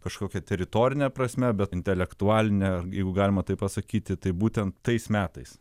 kažkokia teritorine prasme bet intelektualine ar jeigu galima taip pasakyti tai būtent tais metais